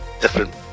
different